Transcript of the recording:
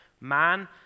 Man